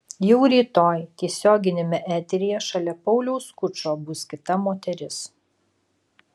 jau rytoj tiesioginiame eteryje šalia pauliaus skučo bus kita moteris